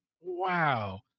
Wow